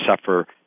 suffer